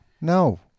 no